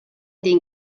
den